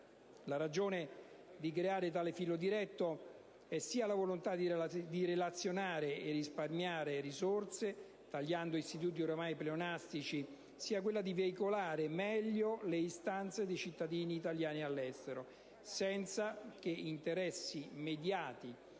La ragione di creare tale filo diretto risiede sia nella volontà di risparmiare risorse tagliando istituiti ormai pleonastici, sia in quella di veicolare meglio le istanze di cittadini italiani all'estero, senza che interessi mediati